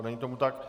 Není tomu tak.